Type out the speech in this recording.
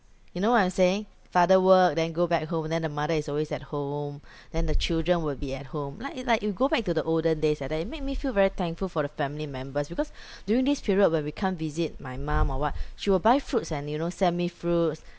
you know what I'm saying father work then go back home then the mother is always at home than the children will be at home like like you go back to the olden days and that it make me feel very thankful for the family members because during this period when we can't visit my mum or what she will buy fruits and you know send me fruits